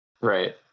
Right